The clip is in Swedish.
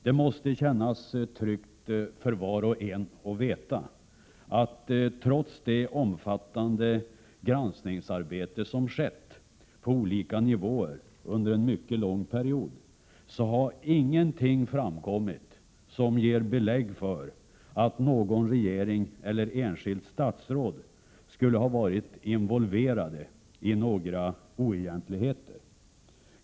Det måste kännas tryggt för var och en att veta att trots det omfattande granskningsarbete som skett på olika nivåer under en mycket lång period, så har ingenting framkommit som ger belägg för att någon regering eller något enskilt statsråd skulle ha varit involverad i några oegentligheter.